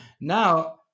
now